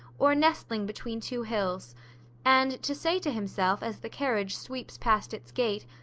or nestling between two hills and to say to himself, as the carriage sweeps past its gate,